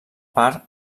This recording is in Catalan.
part